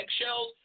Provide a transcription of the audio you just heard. eggshells